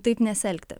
taip nesielgti